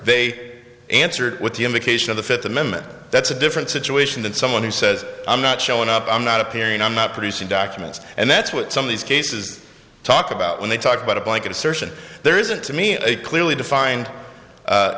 they answered with the invocation of the fifth amendment that's a different situation than someone who says i'm not showing up i'm not appearing i'm not producing documents and that's what some of these cases talk about when they talk about a blanket assertion there isn't to me a clearly defined